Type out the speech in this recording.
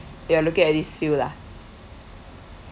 you are looking at these few lah